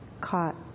caught